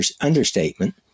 understatement